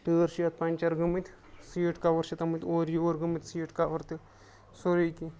ٹٲر چھِ یَتھ پَنچَر گٔمٕتۍ سیٖٹ کَوَر چھِ تھٲومٕتۍ اورٕ یوٗر گٔمٕتۍ سیٖٹ کَوَر تہِ سورُے کینٛہہ